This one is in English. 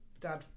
Dad